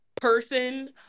person